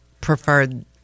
preferred